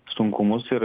sunkumus ir